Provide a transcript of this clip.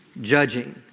Judging